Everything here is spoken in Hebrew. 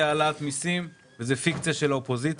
העלאת מיסים וזאת רק פיקציה של האופוזיציה.